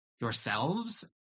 yourselves